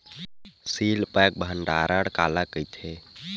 Seal pack भंडारण काला कइथे?